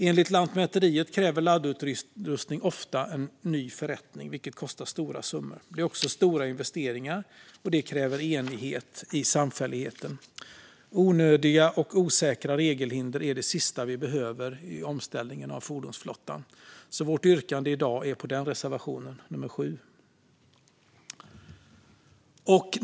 Enligt Lantmäteriet kräver laddutrustning ofta en ny förrättning, vilket kostar stora summor. Det handlar också om stora investeringar, vilket kräver enighet i samfälligheten. Onödiga och osäkra regelhinder är det sista vi behöver i omställningen av fordonsflottan. Vi yrkar därför i dag bifall till reservation 7, som gäller detta.